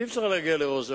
אי-אפשר להגיע לראש הממשלה.